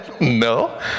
No